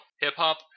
hip-hop